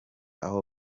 aho